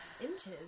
Inches